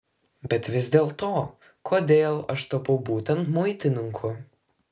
bet vis dėlto kodėl aš tapau būtent muitininku